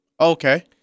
Okay